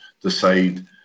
decide